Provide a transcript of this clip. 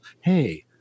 Hey